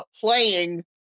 playing